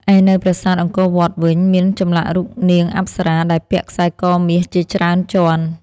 ឯនៅប្រាសាទអង្គរវត្តវិញ មានចម្លាក់រូបនាងអប្សរាដែលពាក់ខ្សែកមាសជាច្រើនជាន់។